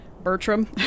Bertram